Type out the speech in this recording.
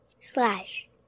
slash